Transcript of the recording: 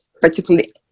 particularly